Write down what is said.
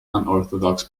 unorthodox